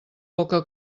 poca